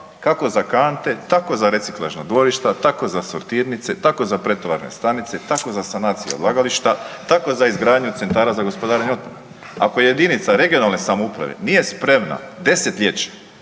kako za kante tako za reciklažna dvorišta, tako za sortirnice, tako za pretovarne stanice, tako za sanacije odlagališta, tako za izgradnju centara za izgradnju za gospodarenje otpadom. Ako jedinica regionalne samouprave nije spremna desetljeće